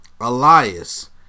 Elias